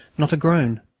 not a groan.